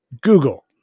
Google